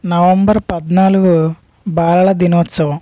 November పద్నాలుగు బాలల దినోత్సవం